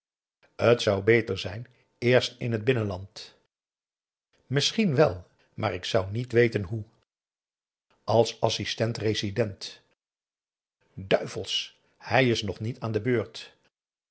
t zou beter zijn eerst in het binnenland misschien wel maar ik zou niet weten hoe als assistent-resident duivels hij is nog niet aan de beurt